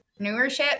entrepreneurship